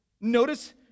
Notice